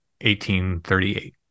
1838